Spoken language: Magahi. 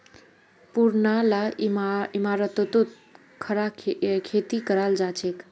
पुरना ला इमारततो खड़ा खेती कराल जाछेक